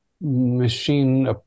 machine